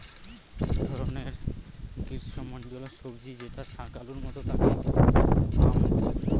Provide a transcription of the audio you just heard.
এক ধরনের গ্রীস্মমন্ডলীয় সবজি যেটা শাকালুর মত তাকে য়াম বলে